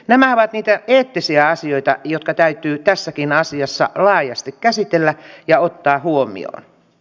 nämä ovat niitä eettisiä asioita jotka täytyy tässäkin asiassa laajasti käsitellä ja ottaa huomioon